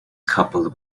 coupled